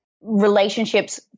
relationships